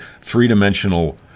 three-dimensional